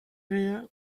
area